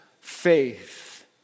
faith